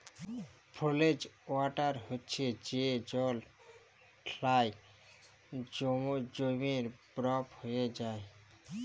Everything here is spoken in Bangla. ফ্রজেল ওয়াটার হছে যে জল ঠাল্ডায় জইমে বরফ হঁয়ে যায়